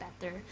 better